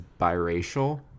biracial